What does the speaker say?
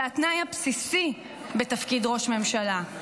זה התנאי הבסיסי בתפקיד ראש ממשלה,